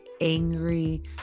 angry